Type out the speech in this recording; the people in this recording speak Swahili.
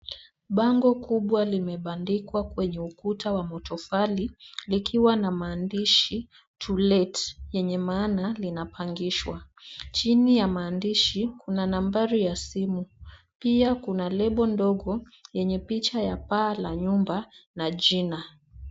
Bango kubwa limebandikwa kwenye ukuta wa matofali likiwa na maandishi to let yenye maana linapangishwa. Chini ya maandishi kuna nambari ya simu. Pia kuna lebo ndogo yenye picha ya paa la nyumba na jina.